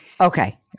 Okay